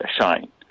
shine